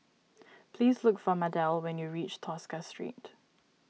please look for Mardell when you reach Tosca Street